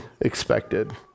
expected